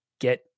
get